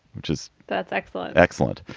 which is. that's excellent. excellent.